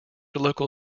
local